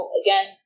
again